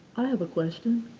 i have a question.